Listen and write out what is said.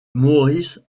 maurice